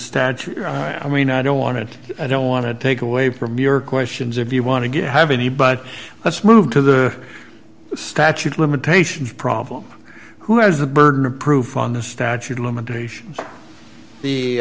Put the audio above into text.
statute i mean i don't want i don't want to take away from your questions if you want to get have any but let's move to the statute of limitations problem who has the burden of proof on the statute of limitations